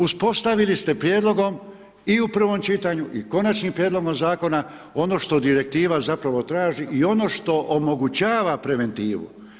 Uspostavili ste prijedlogom i u prvom čitanju i konačnom prijedlogu zakonu ono što direktiva zapravo traži i ono što omogućava preventivu.